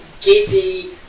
giddy